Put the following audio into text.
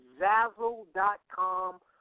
Zazzle.com